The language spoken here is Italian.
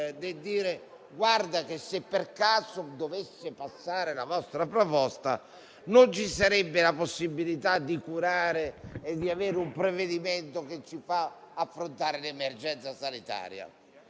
dicendo che, se per caso dovesse passare la nostra proposta, non ci sarebbe la possibilità di curare e di avere un provvedimento che ci consenta di affrontare l'emergenza sanitaria.